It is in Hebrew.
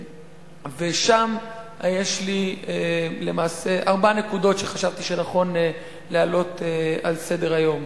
ושם יש לי למעשה ארבע נקודות שחשבתי שנכון להעלות על סדר-היום: